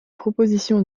proposition